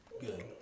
good